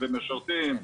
משרתים,